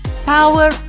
power